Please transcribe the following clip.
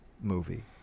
movie